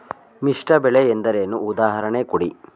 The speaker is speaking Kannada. ಮಿಶ್ರ ಬೆಳೆ ಎಂದರೇನು, ಉದಾಹರಣೆ ಕೊಡಿ?